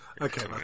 Okay